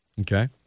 Okay